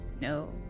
No